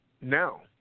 now